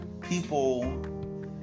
people